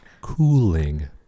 cooling